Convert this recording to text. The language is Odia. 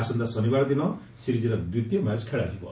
ଆସନ୍ତା ଶନିବାର ଦିନ ସିରିଜ୍ର ଦ୍ୱିତୀୟ ମ୍ୟାଚ୍ ଖେଳାଯିବ